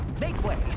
make way!